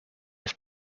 have